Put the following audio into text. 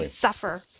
suffer